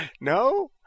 No